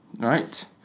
Right